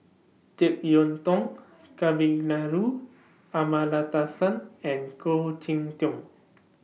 Jek Yeun Thong Kavignareru Amallathasan and Khoo Cheng Tiong